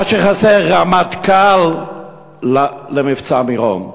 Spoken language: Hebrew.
מה שחסר רמטכ"ל למבצע מירון.